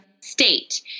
state